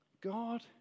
God